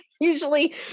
usually